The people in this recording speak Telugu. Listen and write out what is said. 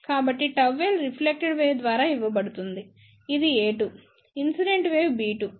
కాబట్టి ΓL రిఫ్లెక్టెడ్ వేవ్ ద్వారా ఇవ్వబడుతుంది ఇది a2 ఇన్సిడెంట్ వేవ్ b2